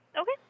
okay